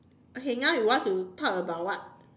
okay now you want to talk about what